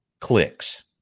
clicks